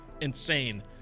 insane